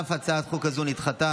אף הצעת חוק זו נדחתה.